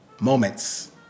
moments